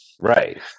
right